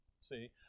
See